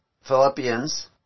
Philippians